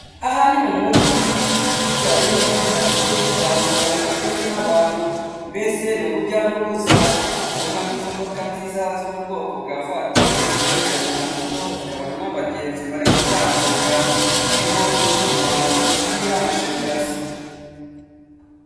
Ahari mu mujyi ndetse harimo imodoka zigiye zitandukanye ndetse n'abantu, mbese ni urujya n'uruza, urabonamo imodoka nziza zo mu bwoko bwa vatire zikurikiranye na moto, urabonamo abagenzi bari gutambuka, harimo ibyuma biriho amashanyarazi.